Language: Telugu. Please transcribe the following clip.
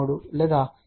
03" లేదా 0